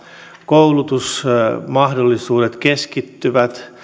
koulutusmahdollisuudet keskittyvät